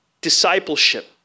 discipleship